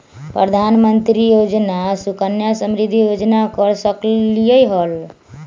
प्रधानमंत्री योजना सुकन्या समृद्धि योजना कर सकलीहल?